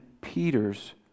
Peter's